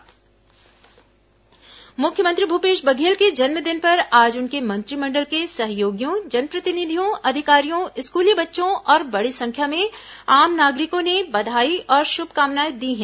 भूपेश बघेल जन्मदिन मुख्यमंत्री भूपेश बघेल के जन्मदिन पर आज उनके मंत्रिमंडल के सहयोगियों जनप्रतिनिधियों अधिकारियों स्कूली बच्चों और बड़ी संख्या में आम नागरिकों ने बधाई और श्रभकामनाएं दी हैं